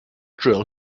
drill